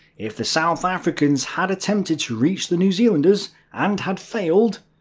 if the south africans had attempted to reach the new zealanders, and had failed,